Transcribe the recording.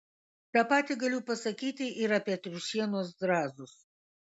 tą patį galiu pasakyti ir apie triušienos zrazus